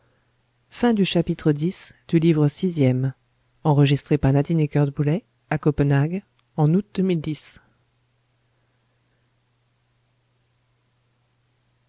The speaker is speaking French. à droite de